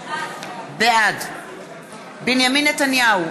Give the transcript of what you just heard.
בעד בנימין נתניהו,